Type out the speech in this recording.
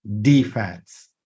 defense